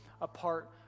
apart